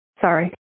sorry